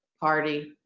Party